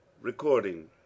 Recording